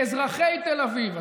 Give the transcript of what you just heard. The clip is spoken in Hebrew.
באזרחי תל אביב,